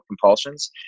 compulsions